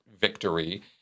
victory